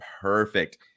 perfect